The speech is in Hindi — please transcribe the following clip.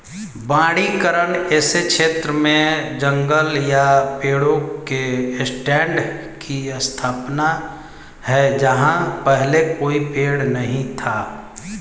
वनीकरण ऐसे क्षेत्र में जंगल या पेड़ों के स्टैंड की स्थापना है जहां पहले कोई पेड़ नहीं था